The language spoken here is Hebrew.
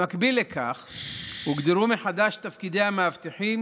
במקביל לכך הוגדרו מחדש תפקידי המאבטחים